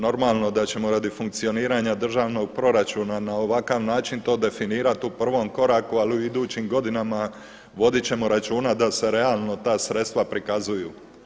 Normalno da ćemo radi funkcioniranja državnog proračuna na ovakav način to definirat u prvom koraku, ali u idućim godinama vodit ćemo računa da se realno ta sredstva prikazuju.